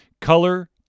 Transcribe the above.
color